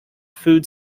food